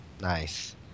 Nice